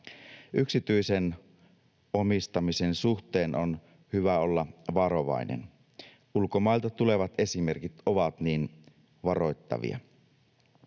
Yksityisen omistamisen suhteen on hyvä olla varovainen. Ulkomailta tulevat esimerkit ovat niin varoittavia.